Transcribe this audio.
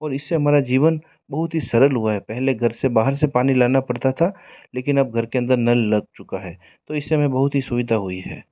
और इस से हमारा जीवन बहुत ही सरल हुआ है पहले घर से बाहर से पानी लाना पड़ता था लेकिन अब घर के अंदर नल लग चुका है तो इस से हमें बहुत ही सुविधा हुई है